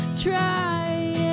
trying